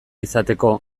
izateko